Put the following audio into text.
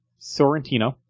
Sorrentino